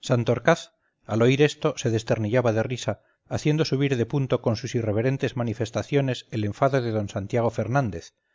santorcaz al oír esto se desternillaba de risa haciendo subir de punto con sus irreverentes manifestaciones el enfado de d santiago fernández